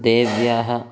देव्याः